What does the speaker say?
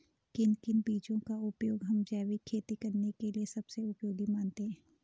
किन किन बीजों का उपयोग हम जैविक खेती करने के लिए सबसे उपयोगी मानते हैं?